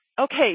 okay